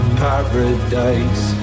paradise